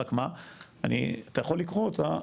אתה יכול לקרוא אותה,